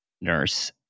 nurse